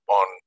on